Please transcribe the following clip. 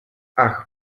ach